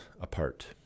apart